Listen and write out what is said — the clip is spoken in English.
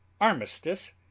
Armistice